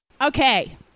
okay